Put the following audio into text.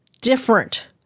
different